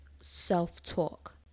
self-talk